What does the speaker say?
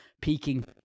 peaking